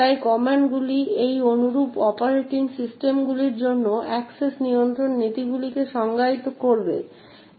তাই এই কমান্ডগুলি সেই অনুরূপ অপারেটিং সিস্টেমগুলির জন্য অ্যাক্সেস নিয়ন্ত্রণ নীতিগুলিকে সংজ্ঞায়িত করে